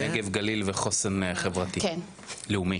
נגב גליל וחוסן חברתי לאומי,